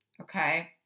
okay